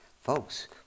folks